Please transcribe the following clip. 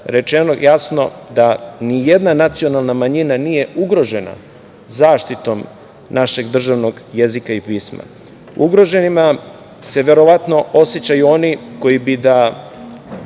rečeno jasno da nijedna nacionalna manjina nije ugrožena zaštitom našeg državnog jezika i pisma. Ugroženima se verovatno osećaju oni koji bi da